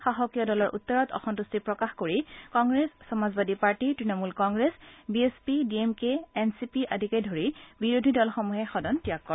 শাসকীয় দলৰ উত্তৰত অসন্তুষ্টি প্ৰকাশ কৰি Congress Samajwadi party Trinamool Congress B S P D M K N C P আদিকে ধৰি বিৰোধী দলসমূহে সদন ত্যাগ কৰে